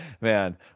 man